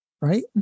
right